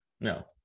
No